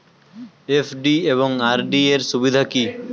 FD এবং RD এর সুবিধা কী?